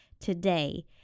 today